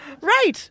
Right